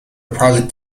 project